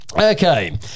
Okay